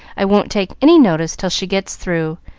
i won't take any notice till she gets through,